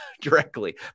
directly